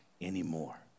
anymore